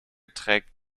trägt